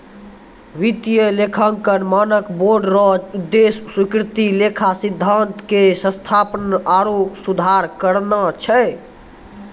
वित्तीय लेखांकन मानक बोर्ड रो उद्देश्य स्वीकृत लेखा सिद्धान्त के स्थापना आरु सुधार करना छै